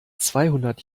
zweihundert